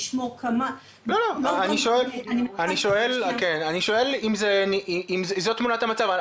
לשמור כמה --- אני שואל אם זו תמונת המצב.